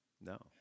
No